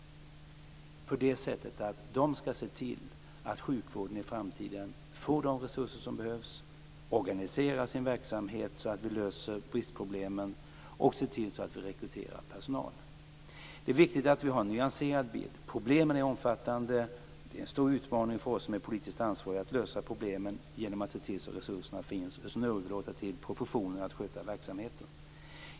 De skall se till att sjukvården i framtiden får de resurser som behövs, de skall organisera sin verksamhet så att bristproblemen löses och se till att rekrytera personal. Det är viktigt att vi har en nyanserad bild. Problemen är omfattande. Det är en stor utmaning för oss som är politiskt ansvariga att lösa problemen genom att se till att resurserna finns. Sedan får vi överlåta till professionen att sköta verksamheten.